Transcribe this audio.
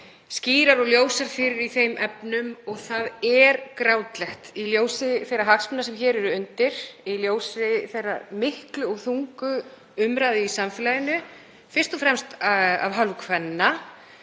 skýrar og ljósar fyrir í þeim efnum. Þetta er grátlegt í ljósi þeirra hagsmuna sem hér eru undir, í ljósi þeirrar miklu og þungu umræðu í samfélaginu, fyrst og fremst af hálfu kvenna